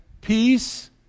peace